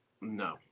No